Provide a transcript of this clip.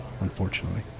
unfortunately